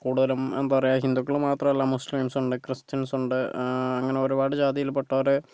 കൂടുതലും എന്താ പറയുക ഹിന്ദുക്കള് മാത്രല്ല മുസ്ലിംസുണ്ട് ക്രിസ്ത്യൻസുണ്ട് അങ്ങനെ ഒരുപാട് ജാതിയിൽ പെട്ടവര്